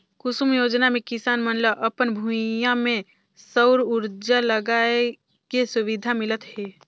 कुसुम योजना मे किसान मन ल अपन भूइयां में सउर उरजा लगाए के सुबिधा मिलत हे